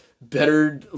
Better